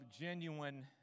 genuine